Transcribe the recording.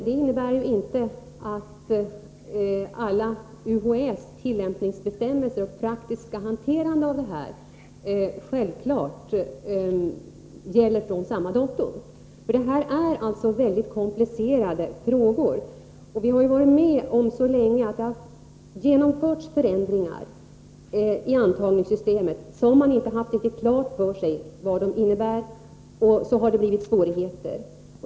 Det innebär emellertid inte att det är självklart att UHÄ:s alla tillämpningsbestämmelser och praktiska hanterande av detta gäller från samma datum. Det är nämligen mycket komplicerade frågor. Vi har ju under lång tid varit med om att det genomförts förändringar i antagningssystemet, som man inte haft riktigt klart för sig innebörden av, och så har det uppstått svårigheter.